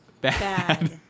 bad